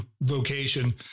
vocation